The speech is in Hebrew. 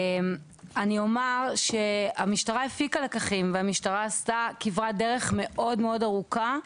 המשטרה הפיקה לקחים והמשטרה עשתה כברת דרך מאוד מאוד ארוכה.